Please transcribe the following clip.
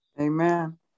Amen